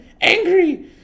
angry